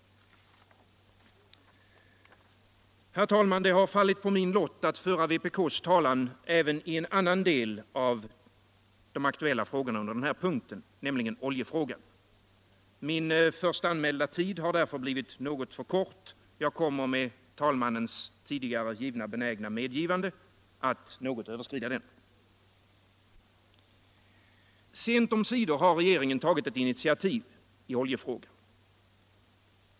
Herr talman! Det har fallit på min lott att föra vpk:s talan även i en annan av de aktuella frågorna under den här punkten, nämligen oljefrågan. Min först anmälda tid har därför blivit något för kort. Jag kommer med talmannens tidigare givna benägna medgivande att något överskrida den. Sent omsider har regeringen tagit ett initiativ i oljefrågan.